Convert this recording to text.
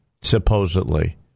supposedly